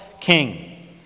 king